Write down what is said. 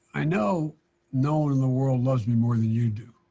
i know no one in the world loves me more than you do,